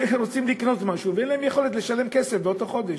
שרוצים לקנות משהו ואין להם יכולת לשלם כסף באותו חודש.